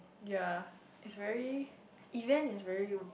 yea it's very event is very